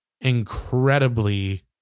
incredibly